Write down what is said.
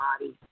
body